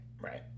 Right